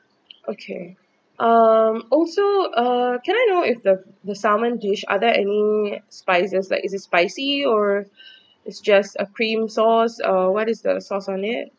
okay um also uh can I know if the the salmon dish are there any spices like is it spicy or it's just a cream sauce or what is the sauce on it